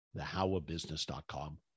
thehowabusiness.com